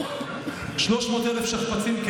חבר הכנסת, כן,